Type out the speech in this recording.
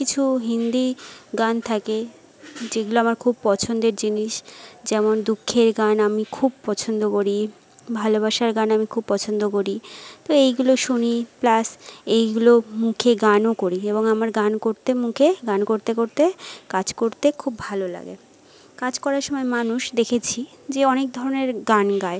কিছু হিন্দি গান থাকে যেগুলো আমার খুব পছন্দের জিনিস যেমন দুঃখের গান আমি খুব পছন্দ করি ভালোবাসার গান আমি খুব পছন্দ করি তো এইগুলো শুনি প্লাস এইগুলো মুখে গানও করি এবং আমার গান করতে মুখে গান করতে করতে কাজ করতে খুব ভালো লাগে কাজ করার সময় মানুষ দেখেছি যে অনেক ধরনের গান গায়